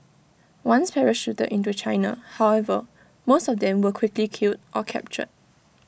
once parachuted into China however most of them were quickly killed or captured